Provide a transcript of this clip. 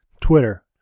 Twitter